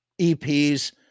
EPs